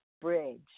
bridge